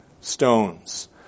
stones